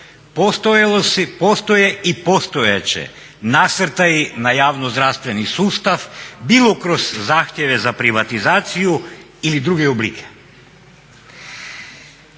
postoje i postojat će nasrtaji na javno zdravstveni sustav, bilo kroz zahtjeve za privatizaciju ili druge oblike.